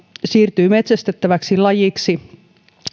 siirtyy metsästettäväksi lajiksi